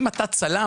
אם אתה צלם,